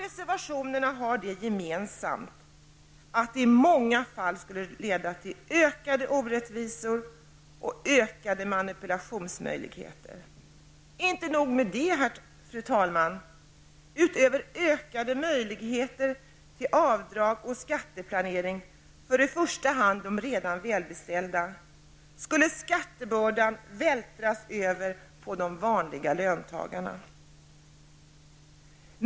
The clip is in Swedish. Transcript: Reservationerna har det gemensamt att de i många fall skulle leda till ökade orättvisor och ökade manipulationsmöjligheter. Inte nog med det, fru talman: utöver ökade möjligheter till avdrag och skatteplanering för i första hand de redan välbeställda, skulle skattebördan vältras över på de vanliga löntagarna.